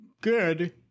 good